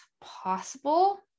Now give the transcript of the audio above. possible